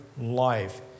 life